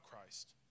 Christ